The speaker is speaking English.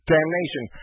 Damnation